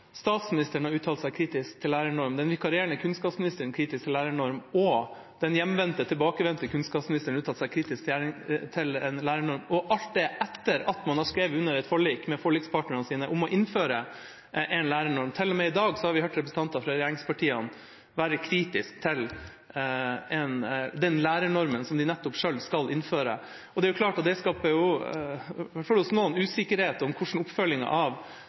Statsministeren har uttalt seg kritisk til en lærernorm, den vikarierende kunnskapsministeren har uttalt seg kritisk til en lærernorm, og den hjemvendte, tilbakevendte, kunnskapsministeren har uttalt seg kritisk til en lærernorm – og alt dette etter at man har skrevet under et forlik med forlikspartnerne sine om å innføre en lærernorm. Til og med i dag har vi hørt representanter fra regjeringspartiene være kritiske til den lærernormen som de selv skal innføre. Det er klart at det, i hvert fall hos noen, skaper usikkerhet om hvordan oppfølgingen av